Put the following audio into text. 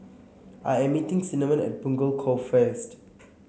I am meeting Cinnamon at Punggol Cove first